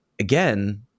again